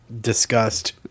Disgust